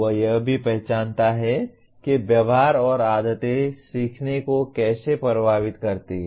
वह यह भी पहचानता है कि व्यवहार और आदतें सीखने को कैसे प्रभावित करती हैं